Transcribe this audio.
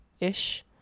ish